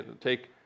take